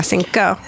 go